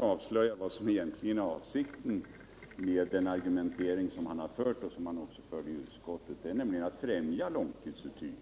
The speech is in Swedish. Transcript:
avslöjar han nu vad som egentligen är avsikten med hans argumentering, som han också förde i utskottet, nämligen att främja långtidsuthyrning.